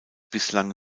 bislang